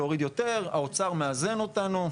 יותר, האוצר מאזן אותנו,